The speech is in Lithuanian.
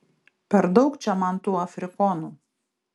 per daug čia man tų afrikonų